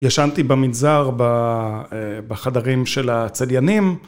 ישנתי במגזר בחדרים של הצליינים.